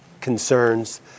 concerns